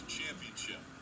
Championship